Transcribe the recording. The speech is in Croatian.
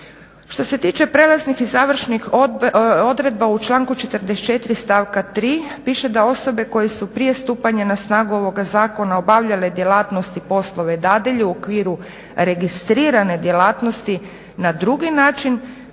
Što se tiče prelaznih i završnih odredba u članku 44.stavka 3.piše da "osobe koje su prije stupanja na snagu ovoga zakona obavljale djelatnosti poslove dadilje u okviru registrirane djelatnosti na drugi način